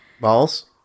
Balls